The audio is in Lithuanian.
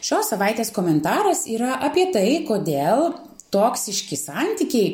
šios savaitės komentaras yra apie tai kodėl toksiški santykiai